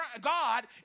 God